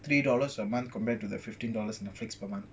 three dollars a month compared to the fifteen dollars netflix per month